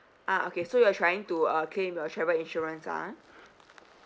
ah okay so you are trying to uh claim your travel insurance ah